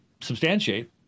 substantiate